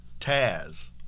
Taz